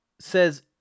says